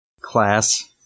Class